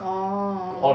orh